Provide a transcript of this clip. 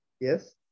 Yes